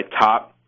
top